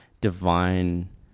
divine